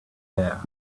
there